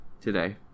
today